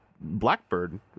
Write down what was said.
blackbird